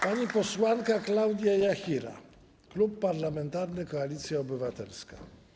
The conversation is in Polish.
Pani posłanka Klaudia Jachira, Klub Parlamentarny Koalicja Obywatelska.